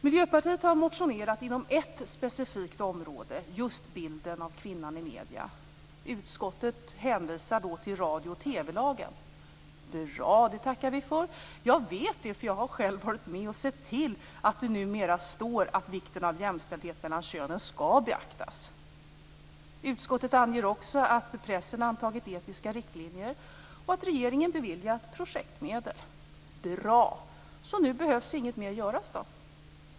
Miljöpartiet har motionerat inom ett specifikt område, nämligen bilden av kvinnan i medierna. Utskottet hänvisar då till radio och TV-lagen. Bra, det tackar vi för. Jag vet det. Jag har själv varit med och sett till att det numera står att vikten av jämställdhet mellan könen skall beaktas. Utskottet anger också att pressen antagit etiska riktlinjer och att regeringen beviljat projektmedel. Det är bra. Så nu behövs inget mer göras då?